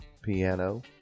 piano